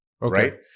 right